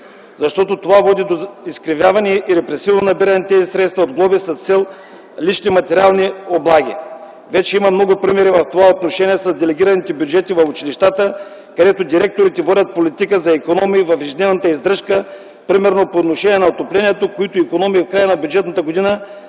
защото това води до изкривяване и репресивно набиране на тези средства от глоби с цел лични материални облаги. Вече има много примери в това отношение с делегираните бюджети в училищата, където директорите водят политика за икономии в ежедневната издръжка, примерно по отношение на отоплението, които икономии в края на бюджетната година